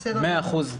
100 אחוזים ביום השני.